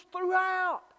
throughout